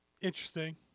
interesting